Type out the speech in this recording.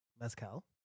mezcal